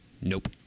Nope